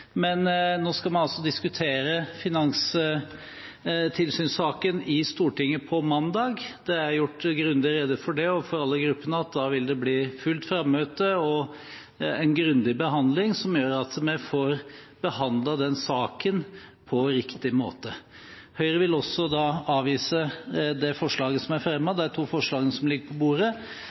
Men nå skal vi altså diskutere finanstilsynssaken i Stortinget på mandag. Det er gjort grundig rede for overfor alle gruppene at da vil det bli fullt frammøte og en grundig behandling, som gjør at vi får behandlet den saken på riktig måte. Høyre vil også avvise det forslaget som er fremmet – de to forslagene som ligger på bordet.